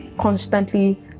constantly